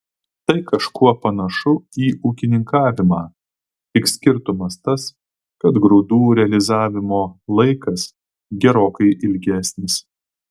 tai kažkuo panašu į ūkininkavimą tik skirtumas tas kad grūdų realizavimo laikas gerokai ilgesnis